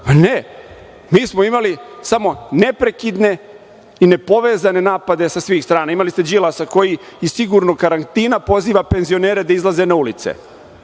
Ne, mi smo imali samo neprekidne i nepovezane napade sa svih strana. Imali ste Đilasa koji iz sigurnog karantina poziva penzionere da izlaze na ulice.